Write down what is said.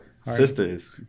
sisters